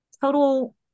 total